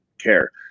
care